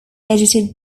edited